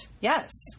Yes